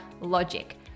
logic